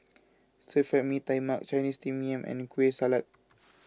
Stir Fried Mee Tai Mak Chinese Steamed Yam and Kueh Salat